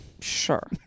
Sure